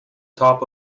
top